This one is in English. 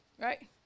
right